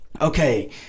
Okay